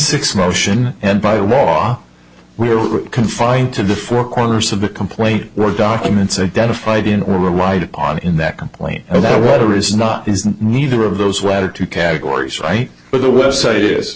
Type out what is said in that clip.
six motion and by wa we were confined to the four corners of the complaint were documents identified in or relied on in that complaint or that water is not is neither of those rather two categories right but the website is